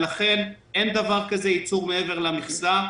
לכן אין דבר כזה ייצור מעבר למכסה.